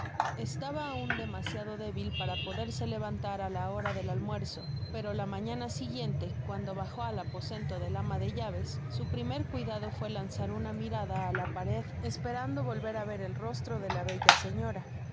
estaba aun demasiado débil para poderse levantar á la hora del almuerzo pero la mañana siguiente cuando bajo al aposento del ama de llaves su primer cuidado fué lanzar una mirada á la pared esperando volver á ver el rostro de la bella señora